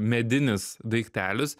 medinis daiktelis